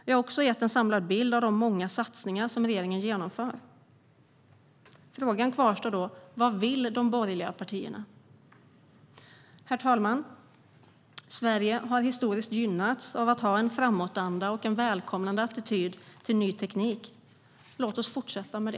Jag har också gett en samlad bild av de många satsningar som regeringen genomför. Frågan kvarstår: Vad vill de borgerliga partierna? Herr talman! Sverige har historiskt gynnats av att ha en framåtanda och en välkomnande attityd till ny teknik. Låt oss fortsätta så.